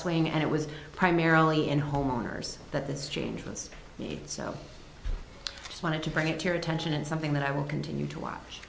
swaying and it was primarily in homeowners that this change once he so wanted to bring it to your attention and something that i will continue to watch